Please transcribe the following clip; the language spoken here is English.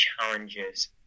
challenges